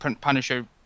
Punisher